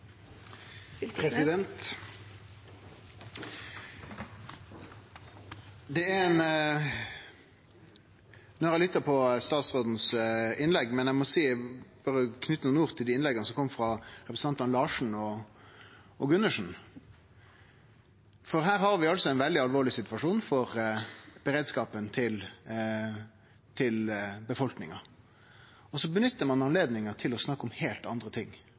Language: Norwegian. eg lytta på innlegget til statsråden, men eg må berre knyte nokre ord til dei innlegga som kom frå representantane Larsen og Bruun-Gundersen. Her har vi altså ein veldig alvorleg situasjon for beredskapen til befolkninga, og så nyttar ein anledninga til å snakke om heilt andre ting